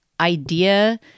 idea